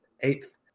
eighth